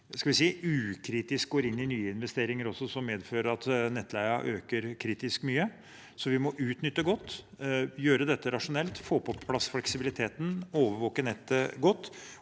ukritisk går inn i nye investeringer som medfører at nettleien øker kritisk mye. Vi må utnytte godt, gjøre dette rasjonelt, få på plass fleksibiliteten og overvåke nettet godt.